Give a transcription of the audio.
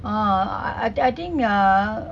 uh I I think uh